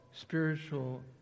spiritual